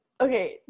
Okay